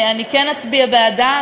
אני כן אצביע בעדה,